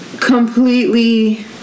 completely